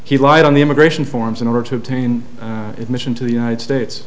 he lied on the immigration forms in order to obtain admission to the united states